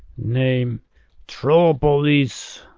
name troll police.